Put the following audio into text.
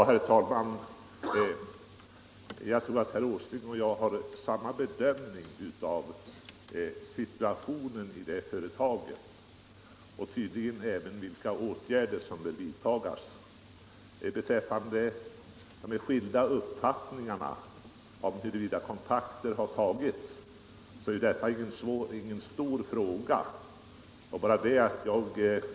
Herr talman! Jag tror att herr Åsling och jag har samma bedömning av situationen i detta företag och tydligen även av vilka åtgärder som bör vidtas. Frågan om huruvida kontakter har tagits är inte någon stor fråga.